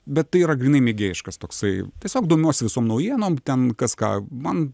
bet tai yra grynai mėgėjiškas toksai tiesiog domiuosi visom naujienom ten kas ką man